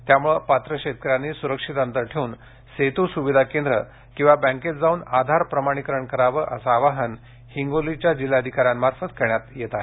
त्यामुळे पात्र शेतकऱ्यांनी सुरक्षित अंतर ठेवून सेतु सुविधा केंद्र किंवा बँकेत जावून आधार प्रमाणीकरण करावं असं आवाहन हिंगोलीच्या जिल्हाधिकाऱ्यांमार्फत करण्यात येत आहे